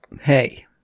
Hey